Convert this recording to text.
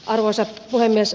arvoisa puhemies